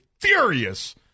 furious